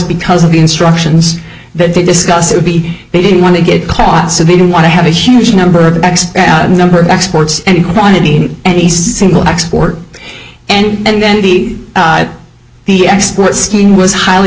because of the instructions that they discuss it would be they didn't want to get caught so they don't want to have a huge number of x number of exports and quantity any single export and then the the export scheme was highly